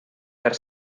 per